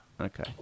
okay